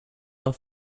are